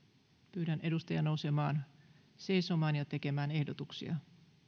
pyydän edustajia nousemaan seisomaan ja tekemään ehdotuksia